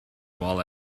while